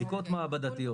נכון, בדיקות מעבדתיות.